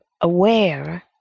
aware